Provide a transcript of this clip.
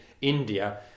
India